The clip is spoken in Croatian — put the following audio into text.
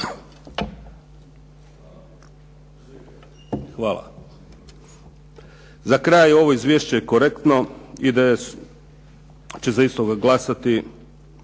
Za kraj, ovo izvješće je korektno. IDS će za istoga glasati.